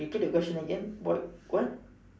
repeat the question again what what